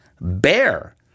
Bear